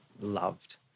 loved